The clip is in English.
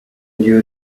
new